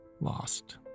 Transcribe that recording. lost